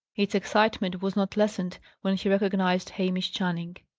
its excitement was not lessened when he recognized hamish channing.